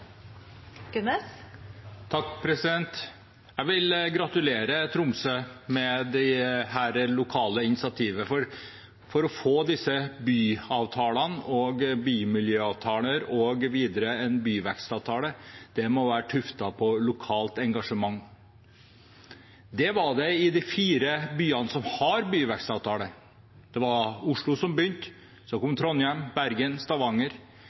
Jeg vil gratulere Tromsø med dette lokale initiativet for å få disse byavtalene og bymiljøavtale og videre en byvekstavtale. Det må være tuftet på lokalt engasjement. Det var det i de fire byene som har byvekstavtale. Det var Oslo som begynte, så kom Trondheim, Bergen og Stavanger.